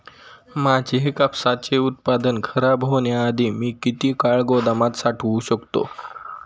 माझे कापसाचे उत्पादन खराब होण्याआधी मी किती काळ गोदामात साठवू शकतो?